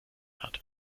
hat